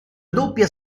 doppia